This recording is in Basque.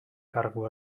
kargu